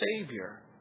Savior